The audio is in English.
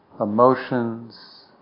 emotions